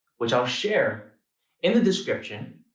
which i'll share in the description,